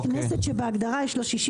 הכנסת שבהגדרה יש לה 61?